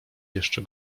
jeszcze